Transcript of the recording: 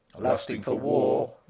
lusting for war,